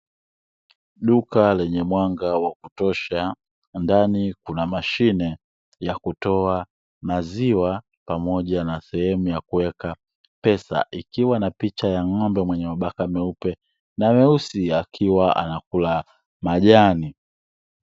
Duka lenye mwanga wa kutosha na ndani kuna mashine ya kutoa maziwa pamoja na sehemu ya kuweka pesa ikiwa na picha ya ng'ombe mwenye mabaka meupe na meusi akiwa anakula majani.